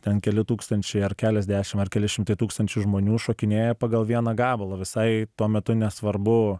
ten keli tūkstančiai ar keliasdešim ar keli šimtai tūkstančių žmonių šokinėja pagal vieną gabalą visai tuo metu nesvarbu